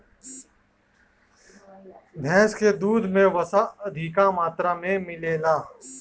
भैस के दूध में वसा अधिका मात्रा में मिलेला